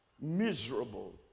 miserable